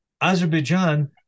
Azerbaijan